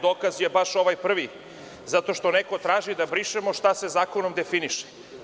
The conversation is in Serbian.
Dokaz je ovaj prvi, zato što neko traži da brišemo ono što se zakonom definiše.